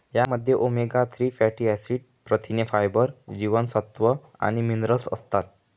यामध्ये omega three fatty acid, प्रथिने, fibre, जीवनसत्व आणि मिनरल्स असतात